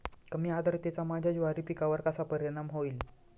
कमी आर्द्रतेचा माझ्या ज्वारी पिकावर कसा परिणाम होईल?